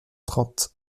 trente